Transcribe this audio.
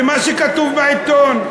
ומה שכתוב בעיתון.